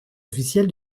officielle